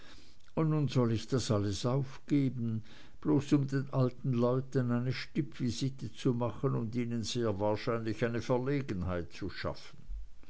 und nun soll ich das alles aufgeben bloß um den alten leuten eine stippvisite zu machen und ihnen sehr wahrscheinlich eine verlegenheit zu schaffen